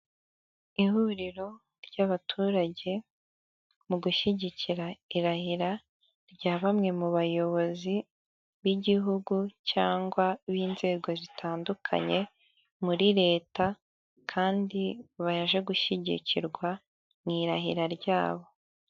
Ihuriro ry'abaturage mu gushyigikira irahira rya bamwe mu bayobozi b igihugu cyangwa b'inzego zitandukanye muri leta, kandi baje gushyigikirwa mu irahira ryabo.